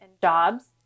jobs